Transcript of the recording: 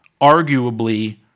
arguably